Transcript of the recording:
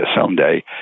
someday